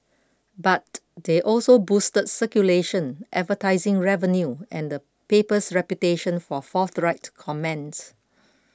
but they also boosted circulation advertising revenue and paper's reputation for forthright comments